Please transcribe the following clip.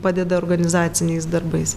padeda organizaciniais darbais